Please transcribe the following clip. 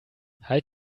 halt